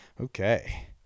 okay